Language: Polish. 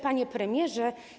Panie Premierze!